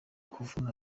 kuvuna